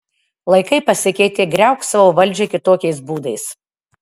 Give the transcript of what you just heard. laikai pasikeitė griauk savo valdžią kitokiais būdais